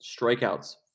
Strikeouts